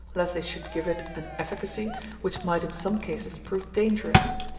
lest they should give it an efficacy which might in some cases prove dangerous.